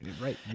Right